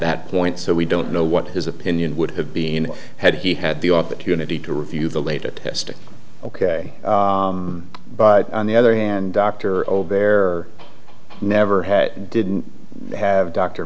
that point so we don't know what his opinion would have been had he had the opportunity to review the latest testing ok but on the other hand doctor over there never had didn't have dr